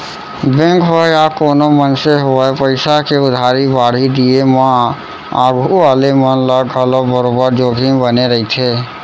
bank होवय या कोनों मनसे होवय पइसा के उधारी बाड़ही दिये म आघू वाले मन ल घलौ बरोबर जोखिम बने रइथे